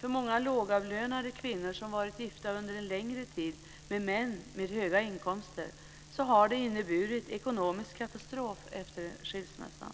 För många lågavlönade kvinnor som varit gifta under en längre tid med män med höga inkomster har det blivit ekonomisk katastrof efter skilsmässan.